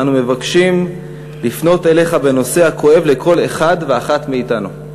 אנו מבקשים לפנות אליך בנושא הכואב לכל אחד ואחת מאתנו.